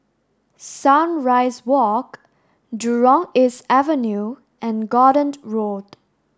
Sunrise Walk Jurong East Avenue and Gordon Road